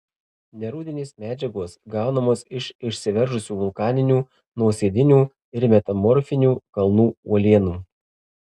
nerūdinės medžiagos gaunamos iš išsiveržusių vulkaninių nuosėdinių ir metamorfinių kalnų uolienų